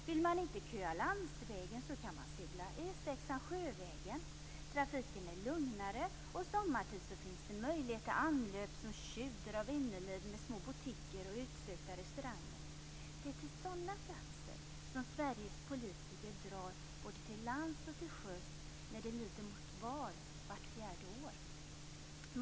Vill man inte köa på landsvägen kan man också färdas motsvarande sträcka sjövägen. Trafiken är där lugnare, och sommartid finns det möjlighet till anlöp på ställen som sjuder av inneliv, med små boutiquer och utsökta restauranger. Det är till sådana platser som Sveriges politiker drar både till lands och till sjöss när det lider mot val vart fjärde år.